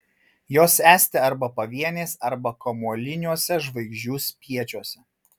jos esti arba pavienės arba kamuoliniuose žvaigždžių spiečiuose